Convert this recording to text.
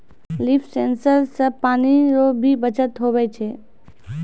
लिफ sensor से पानी रो भी बचत हुवै छै